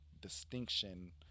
distinction